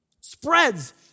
spreads